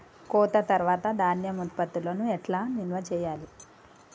కోత తర్వాత ధాన్యం ఉత్పత్తులను ఎట్లా నిల్వ చేయాలి?